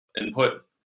input